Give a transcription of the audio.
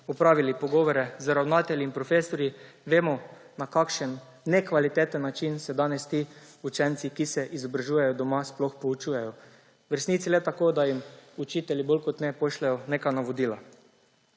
opravili pogovore z ravnatelji in profesorji, vemo, na kakšen nekvaliteten način se danes ti učenci, ki se izobražujejo doma, sploh poučujejo. V resnici le tako, da jim učitelji bolj kot ne pošljejo neka navodila.